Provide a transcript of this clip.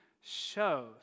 shows